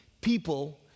people